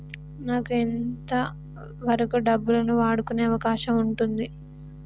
నాకు ఎంత వరకు డబ్బులను వాడుకునే అవకాశం ఉంటది?